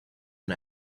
and